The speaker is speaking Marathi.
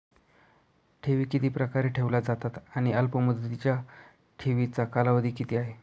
ठेवी किती प्रकारे ठेवल्या जातात आणि अल्पमुदतीच्या ठेवीचा कालावधी किती आहे?